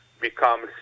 becomes